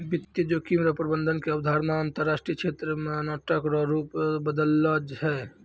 वित्तीय जोखिम प्रबंधन के अवधारणा अंतरराष्ट्रीय क्षेत्र मे नाटक रो रूप से बदललो छै